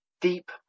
deep